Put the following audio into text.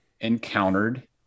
encountered